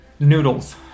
Noodles